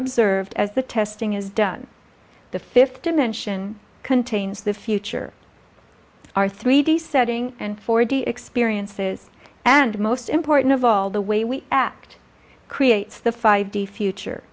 observed as the testing is done the fifth dimension contains the future our three d setting and four d experiences and most important of all the way we act creates the five d future